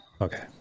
okay